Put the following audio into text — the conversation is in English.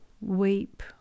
Weep